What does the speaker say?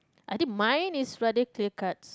I think mine is rather clear cut